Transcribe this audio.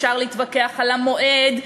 אפשר להתווכח על המועד,